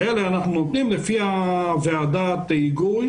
לאלה אנחנו נותנים לפי ועדת היגוי